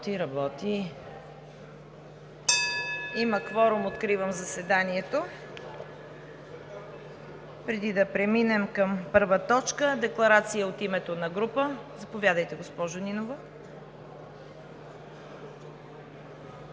(звъни): Има кворум – откривам заседанието. Преди да преминем към първа точка, декларация от името на група. Заповядайте, госпожо Нинова.